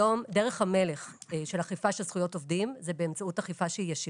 היום דרך המלך של אכיפה של זכויות עובדים הוא באמצעות אכיפה שהיא ישירה.